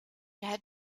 had